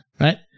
right